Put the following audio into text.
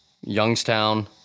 Youngstown